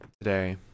today